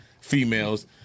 females